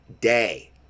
day